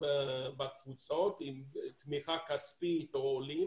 מהקהילות בתפוצות תמיכה כספית או עולים,